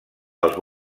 als